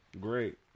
great